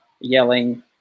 yelling